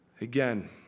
again